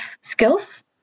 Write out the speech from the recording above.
skills